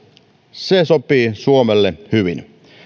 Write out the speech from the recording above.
se sopii suomelle hyvin